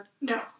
No